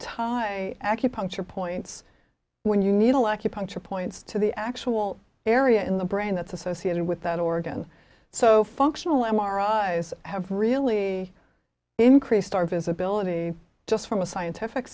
tie acupuncture points when you needle acupuncture points to the actual area in the brain that's associated with that organ so functional m r i have really increased our visibility just from a scientific